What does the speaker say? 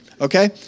okay